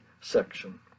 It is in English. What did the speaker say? section